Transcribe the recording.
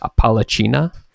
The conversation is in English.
Apalachina